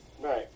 Right